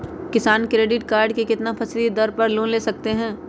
किसान credit card कितना फीसदी दर पर लोन ले सकते हैं?